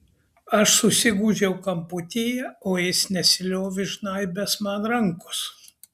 aš susigūžiau kamputyje o jis nesiliovė žnaibęs man rankos